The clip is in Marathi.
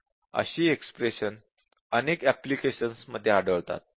अशी एक्स्प्रेशन अनेक अँप्लिकेशन्स मध्ये आढळतात